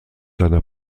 seiner